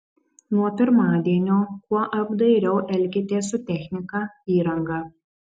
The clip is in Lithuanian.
nuo pirmadienio kuo apdairiau elkitės su technika įranga